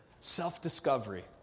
self-discovery